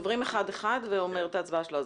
עוברים אחד אחד והוא אומר את ההצבעה שלו.